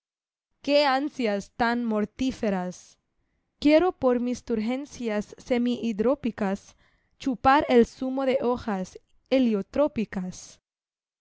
qué ansias tan mortíferas quiero por miss semi hidrópicos chupar el zumo de hojas heliotrópicas